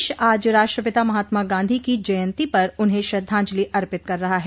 देश आज राष्ट्रपिता महात्मा गांधी की जयंती पर उन्हें श्रद्धांजलि अर्पित कर रहा है